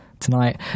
tonight